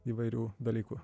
įvairių dalykų